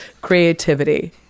creativity